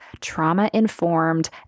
trauma-informed